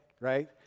right